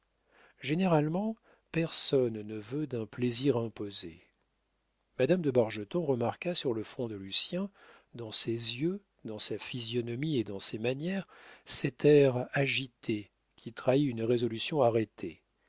généralement personne ne veut d'un plaisir imposé madame de bargeton remarqua sur le front de lucien dans ses yeux dans sa physionomie et dans ses manières cet air agité qui trahit une résolution arrêtée